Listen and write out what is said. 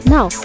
Now